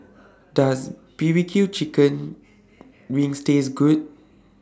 Does B B Q Chicken Wings Taste Good